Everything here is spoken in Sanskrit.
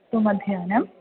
सुमध्याह्नम्